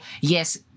yes